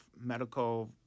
medical